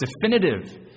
definitive